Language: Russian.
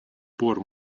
пор